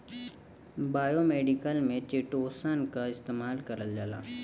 biomedical में chitosan क इस्तेमाल करल जाला